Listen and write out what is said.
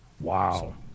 Wow